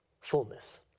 fullness